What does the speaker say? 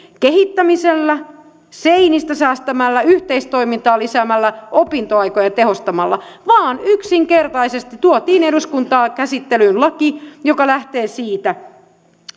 kehittämisellä seinistä säästämällä yhteistoimintaa lisäämällä opintoaikoja tehostamalla vaan yksinkertaisesti tuotiin eduskuntaan käsittelyyn laki joka lähtee siitä